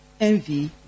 envy